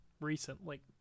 recently